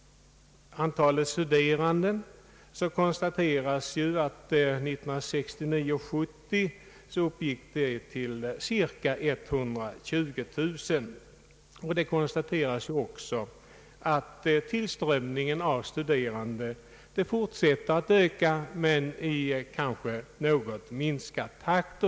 Antalet studerande konstateras under 1969—1970 uppgå till cirka 120 000. Det framhålles också att tillströmningen av studerande fortsätter att öka men kanske i något minskad takt.